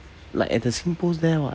like at the singpost there [what]